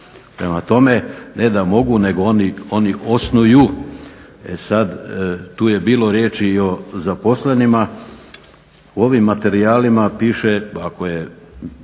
Prema tome, ne da mogu, nego oni osnuju. I sad tu je bilo riječi i o zaposlenima. U ovim materijalima piše ako je